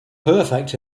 perfect